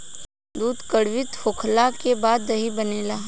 दूध किण्वित होखला के बाद दही बनेला